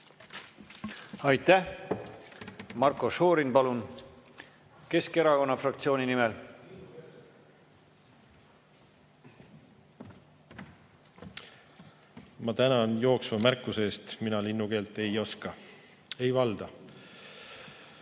Aitäh! Marko Šorin, palun, Keskerakonna fraktsiooni nimel! Ma tänan jooksva märkuse eest. Mina linnukeelt ei oska, ei valda.